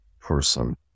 person